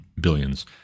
billions